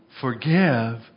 Forgive